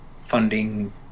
funding